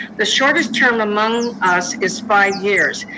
the shortest term among us is five years.